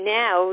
now